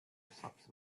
photographs